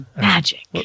Magic